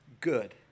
good